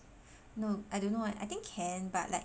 no I don't I think can but like